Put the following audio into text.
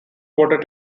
voted